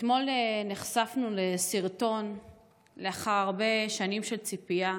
אתמול נחשפנו לסרטון לאחר הרבה שנים של ציפייה,